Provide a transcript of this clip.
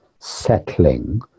settling